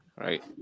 Right